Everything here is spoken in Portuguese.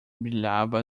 brilhava